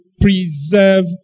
preserve